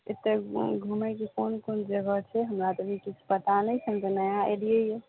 एतऽ घुमैके कोन कोन जगह छै हमरा तऽ अभी किछु पता नहि छै हम तऽ नया अयलियैया